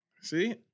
See